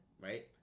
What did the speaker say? right